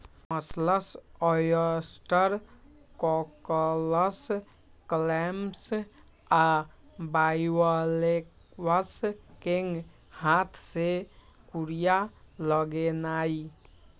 mussels, oyster, cockles, clams आ bivalves कें हाथ से कूरिया लगेनाइ